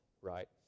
right